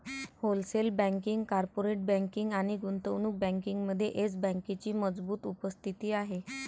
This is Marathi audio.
होलसेल बँकिंग, कॉर्पोरेट बँकिंग आणि गुंतवणूक बँकिंगमध्ये येस बँकेची मजबूत उपस्थिती आहे